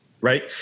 Right